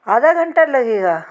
आधा घंटा लगेगा